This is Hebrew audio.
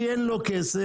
כי אין לו כסף